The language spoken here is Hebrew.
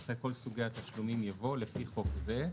אחרי "כל סוגי התשלומים" יבוא "לפי חוק זה",